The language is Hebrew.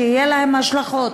שיהיו להן השלכות.